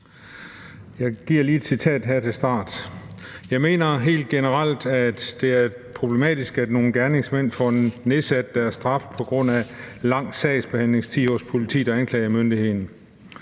Jeg starter lige med et citat: »Jeg mener helt generelt, at det er problematisk, at nogle gerningsmænd får nedsat deres straf på grund af lang sagsbehandlingstid hos politiet og anklagemyndigheden«.